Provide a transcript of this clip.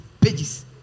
pages